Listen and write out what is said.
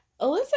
Alyssa